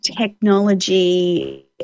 technology